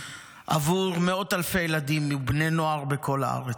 עבור מאות אלפי ילדים ובני נוער בכל הארץ.